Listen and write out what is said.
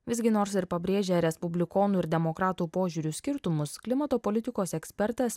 visgi nors ir pabrėžia respublikonų ir demokratų požiūrių skirtumus klimato politikos ekspertas